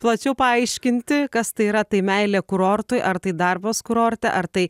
plačiau paaiškinti kas tai yra tai meilė kurortui ar tai darbas kurorte ar tai